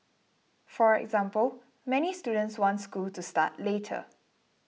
for example many students want school to start later